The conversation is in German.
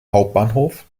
hauptbahnhof